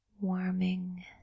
warming